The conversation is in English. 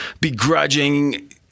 begrudging